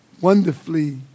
Wonderfully